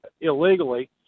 illegally